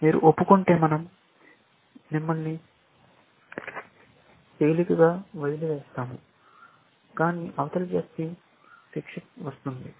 మీరు ఒప్పుకుంటే మనం మిమ్మల్ని తేలికగా వదిలివేస్తాము కాని అవతలి వ్యక్తికి శిక్ష వస్తుంది